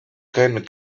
ken